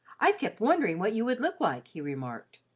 i've kept wondering what you would look like, he remarked.